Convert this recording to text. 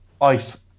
ice